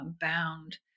bound